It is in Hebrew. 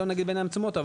לא בעיניים עצומות,